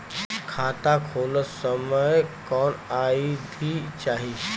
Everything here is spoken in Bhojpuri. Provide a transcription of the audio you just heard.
खाता खोलत समय कौन आई.डी चाही?